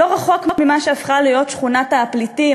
לא רחוק ממה שהפך להיות שכונת הפליטים,